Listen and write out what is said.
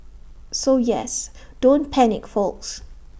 so yes don't panic folks